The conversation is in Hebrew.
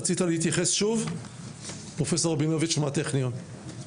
רבינוביץ' מהטכניון,